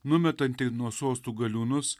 numetantį nuo sostų galiūnus